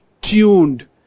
tuned